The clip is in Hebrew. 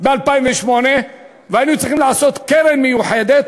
ב-2008 והיינו צריכים לעשות קרן מיוחדת,